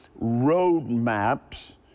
roadmaps